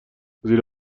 زیر